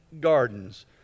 gardens